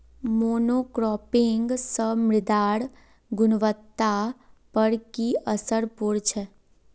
monocropping स मृदार गुणवत्ता पर की असर पोर छेक